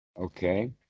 Okay